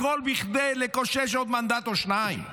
הכול בכדי לקושש עוד מנדט או שניים.